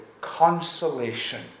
consolation